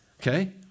okay